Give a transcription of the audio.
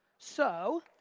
so,